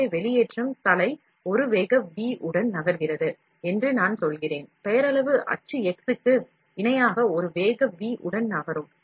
எனவே வெளியேற்றும் தலை ஒரு வேகம் v உடன் நகர்கிது என்று நான் சொல்கிறேன் பெயரளவு அச்சு x க்கு இணையாக ஒரு வேகம் v உடன் நகரும்